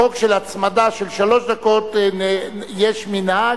בחוק של הצמדה של שלוש דקות יש מנהג,